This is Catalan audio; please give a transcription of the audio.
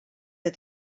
del